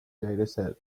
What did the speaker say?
dataset